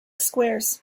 squares